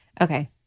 Okay